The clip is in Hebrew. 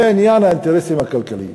זה עניין האינטרסים הכלכליים.